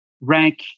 rank